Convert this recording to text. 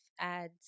ads